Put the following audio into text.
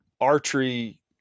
archery